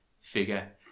figure